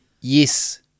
Yes